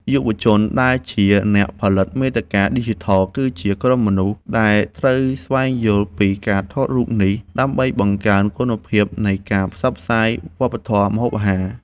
យុវជនដែលជា អ្នកផលិតមាតិកាឌីជីថល គឺជាក្រុមមនុស្សដែលត្រូវស្វែងយល់ពីការថតរូបនេះ ដើម្បីបង្កើនគុណភាពនៃការផ្សព្វផ្សាយវប្បធម៌ម្ហូបអាហារ។